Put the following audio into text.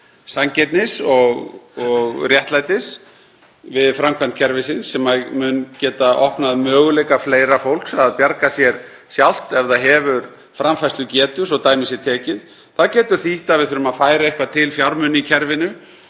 sanngirni og réttlætis við framkvæmd kerfisins, sem mun geta opnað möguleika fleira fólks til að bjarga sér sjálft ef það hefur framfærslugetu, svo dæmi sé tekið. Það getur þýtt að við þurfum að færa eitthvað til fjármuni í kerfinu